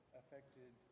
affected